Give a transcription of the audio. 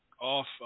off